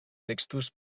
textos